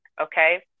Okay